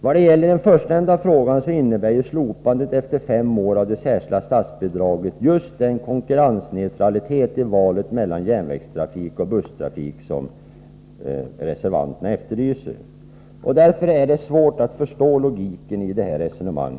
Vad gäller den förstnämnda frågan innebär slopandet efter fem år av det särskilda statsbidraget just den konkurrensneutralitet i valet mellan järnvägstrafik och busstrafik som reservanterna efterlyser. Det är därför svårt att förstå logiken i detta resonemang.